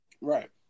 Right